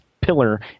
Pillar